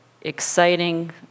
exciting